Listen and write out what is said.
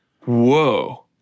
Whoa